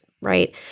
right